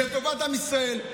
לטובת עם ישראל,